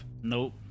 Nope